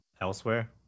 elsewhere